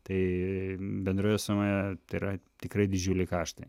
tai bendroje sumoje yra tikrai didžiuliai kaštai